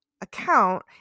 account